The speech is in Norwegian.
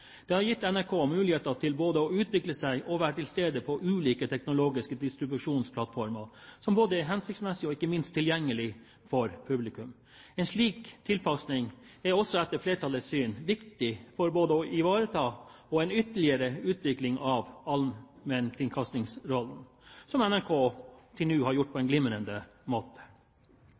Det har gitt NRK muligheter til å utvikle seg og være til stede på ulike teknologiske distribusjonsplattformer som er hensiktsmessige og ikke minst tilgjengelige for publikum. En slik tilpasning er også, etter flertallets syn, viktig, både for å ivareta allmennkringkasterrollen og for ytterligere å utvikle den – som NRK til nå har gjort på en glimrende måte.